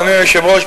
אדוני היושב-ראש,